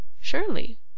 Surely